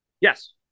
Yes